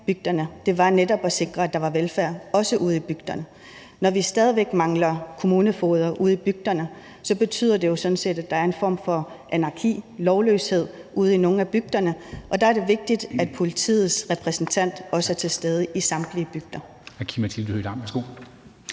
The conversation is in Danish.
bygderne, var netop at sikre, at der var velfærd, også ude i bygderne. Når vi stadig væk mangler kommunefogeder ude i bygderne, betyder det jo sådan set, at der er en form for anarki, lovløshed, ude i nogle af bygderne, og der er det vigtigt, at politiets repræsentant også er til stede i samtlige bygder.